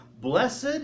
blessed